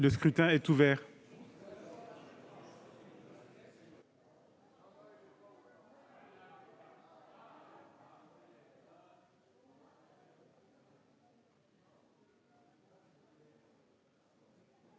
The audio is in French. Le scrutin est ouvert.